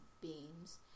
beams